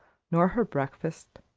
nor her breakfast,